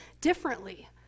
differently